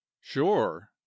Sure